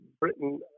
Britain